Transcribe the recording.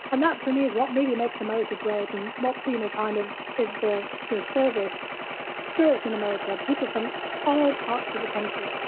and that, for me, is what really makes america great. and what we know kind of is the service service spirit in america, people from all parts of a country.